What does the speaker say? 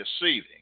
deceiving